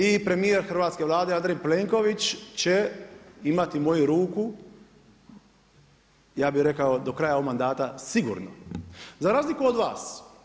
I premijer hrvatske Vlade Andrej Plenković će imati moju ruku, ja bih rekao do kraja ovog mandata sigurno za razliku od vas.